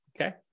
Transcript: Okay